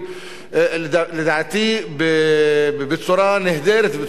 לדעתי בצורה נהדרת, בצורה מצוינת,